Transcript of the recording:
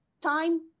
time